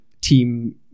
team